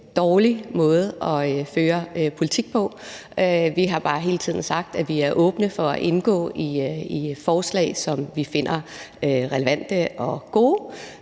dårlig måde at føre politik på. Vi har bare hele tiden sagt, at vi er åbne over for at støtte forslag, som vi finder relevante og gode.